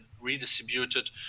redistributed